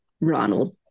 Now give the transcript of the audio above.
Ronald